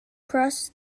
crosses